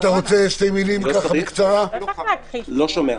מי הכחיש?